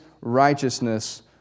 righteousness